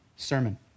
sermon